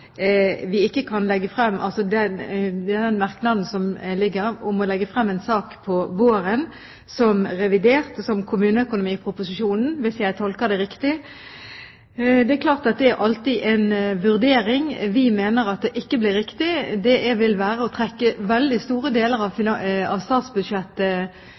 vi ikke kan legge frem en sak om våren i forbindelse med revidert eller kommuneproposisjonen – hvis jeg tolker det riktig. Det er klart at det alltid er en vurdering. Vi mener at det ikke blir riktig. Det vil være å trekke veldig store deler av statsbudsjettet til å bli en sak om våren, og jeg kan se mange andre deler av statsbudsjettet